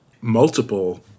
multiple